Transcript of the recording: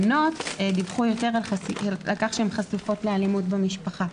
בנות דיווחו על כך שהן חשופות לאלימות במשפחה.